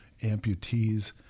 amputees